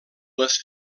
les